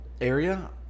area